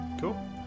Cool